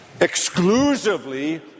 exclusively